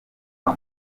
kwa